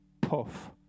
puff